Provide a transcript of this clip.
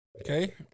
okay